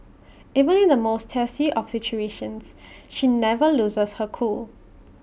even in the most testy of situations she never loses her cool